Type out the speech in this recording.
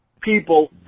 people